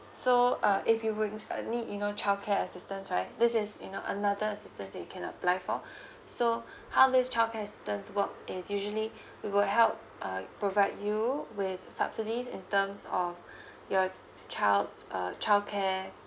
so uh if you would uh need you know child care assistance right this is you know another assistance you can apply for so how this child care assistance work is usually we will help uh provide you with subsidies in terms of your child uh child care